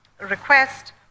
request